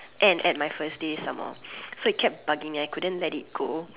and and my first day some more so it kept bugging me I couldn't let it go